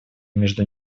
между